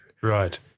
Right